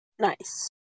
Nice